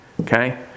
okay